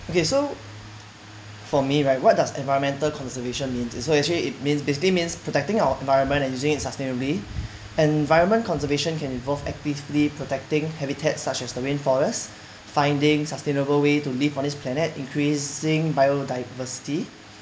okay so for me right what does environmental conservation means so actually it means basically means protecting our environment and using it sustainably environment conservation can involve actively protecting habitats such as the rain forest finding sustainable way to live on this planet increasing biodiversity